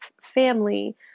family